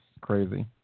crazy